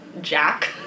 Jack